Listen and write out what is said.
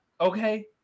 Okay